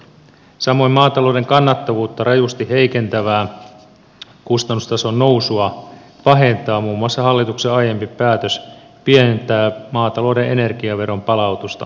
samoin maatalouden kannattavuutta rajusti heikentävää kustannustason nousua pahentaa muun muassa hallituksen aiempi päätös pienentää maatalouden energiaveron palautusta viljelijöille